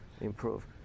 improve